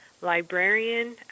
librarian